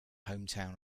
hometown